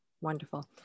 Wonderful